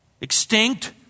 Extinct